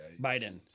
Biden